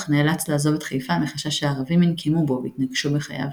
אך נאלץ לעזוב את חיפה מחשש שהערבים ינקמו בו ויתנקשו בחייו.